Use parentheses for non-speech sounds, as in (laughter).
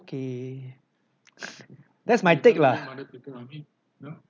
okay (laughs) that's my take lah